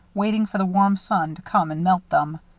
waiting for the warm sun to come and melt them.